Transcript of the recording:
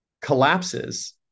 collapses